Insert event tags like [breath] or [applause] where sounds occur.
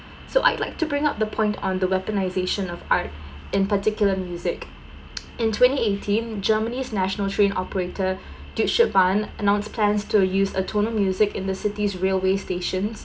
so I'd like to bring up the point on the weaponization of art in particular music [noise] in twenty eighteen Germany's national train operator [breath] deutsche bahn announce plans to a use atonal music in the city's railway stations